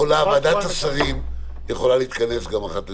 שוועדת השרים יכולה להתכנס גם אחת לשבוע.